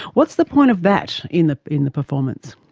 what's the point of that in the. in the performance?